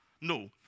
No